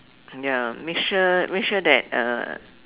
ya make sure make sure that uh